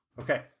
Okay